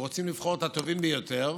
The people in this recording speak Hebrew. ורוצים לבחור את הטובים ביותר,